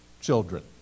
children